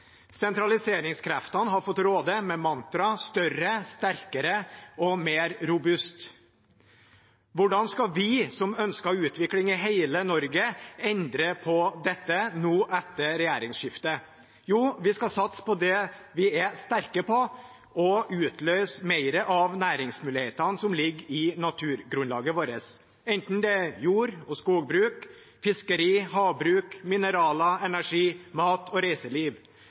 Sentraliseringskreftene har fått råde, med mantraet større, sterkere og mer robust. Hvordan skal vi som ønsker utvikling i hele Norge, endre på dette nå etter regjeringsskiftet? Jo, vi skal satse på det vi er sterke på, og utløse mer av næringsmulighetene som ligger i naturgrunnlaget vårt, enten det er jord- og skogbruk, fiskeri, havbruk, mineraler, energi, mat eller reiseliv.